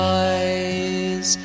eyes